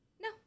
no